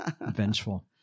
vengeful